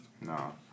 No